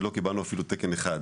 עוד לא קיבלנו אפילו תקן אחד.